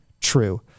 true